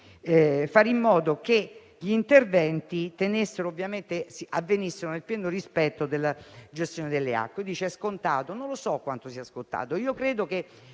fare in modo che gli interventi avvenissero nel pieno rispetto della gestione delle acque. È scontato? Non so quanto lo sia; credo che